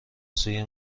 سوی